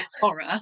horror